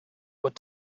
what